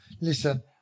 Listen